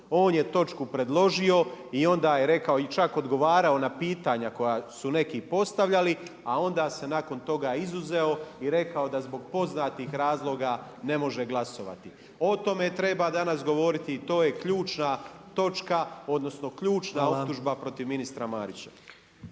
On je točku predložio i onda je rekao i čak odgovarao na pitanja koja su neki postojali a onda se nakon toga izuzeo i rekao da zbog poznatih razloga ne može glasovati. O tome treba danas govoriti i to je ključna točka, odnosno ključna optužba protiv ministra Marića.